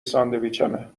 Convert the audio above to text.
ساندویچمه